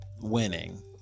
winning